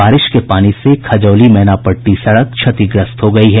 बारिश के पानी से खजौली मैनापट्टी सड़क क्षतिग्रस्त हो गयी है